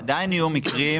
עדיין יהיו מקרים,